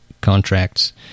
contracts